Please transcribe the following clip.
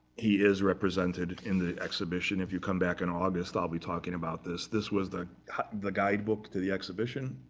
he is represented in the exhibition. if you come back in august, i'll be talking about this. this was the the guidebook to the exhibition.